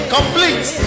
Complete